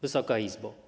Wysoka Izbo!